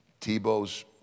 Tebow's